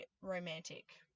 romantic